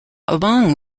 along